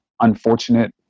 unfortunate